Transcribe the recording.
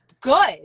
good